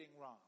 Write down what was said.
wrong